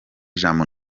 ijambo